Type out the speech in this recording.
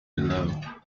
below